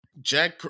Jack